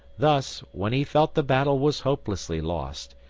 thus, when he felt the battle was hopelessly lost,